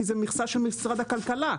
כי זו מכסה של משרד הכלכלה,